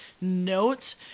notes